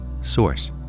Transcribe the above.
Source